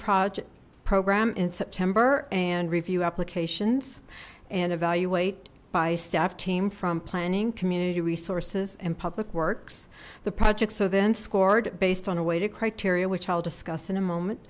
project program in september and review applications and evaluate by staff team from planning community resources and public works the projects are then scored based on a weighted criteria which i'll discuss in a moment